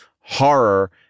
horror